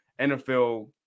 NFL